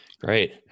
Great